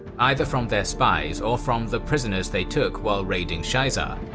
either from their spies or from the prisoners they took while raiding shaizar,